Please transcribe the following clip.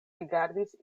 rigardis